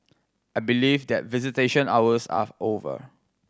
I believe that visitation hours are over